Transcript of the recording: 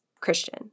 Christian